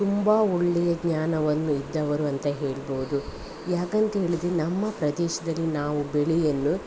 ತುಂಬ ಒಳ್ಳೆಯ ಜ್ಞಾನವನ್ನು ಇದ್ದವರು ಅಂತ ಹೇಳ್ಬೋದು ಯಾಕಂತ ಹೇಳಿದರೆ ನಮ್ಮ ಪ್ರದೇಶದಲ್ಲಿ ನಾವು ಬೆಳೆಯನ್ನು